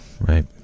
Right